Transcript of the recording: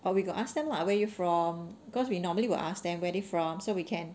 but we got ask them lah where are you from cause we normally will ask them where are they from so we can